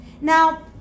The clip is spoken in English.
Now